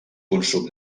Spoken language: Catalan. consum